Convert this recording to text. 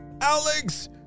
Alex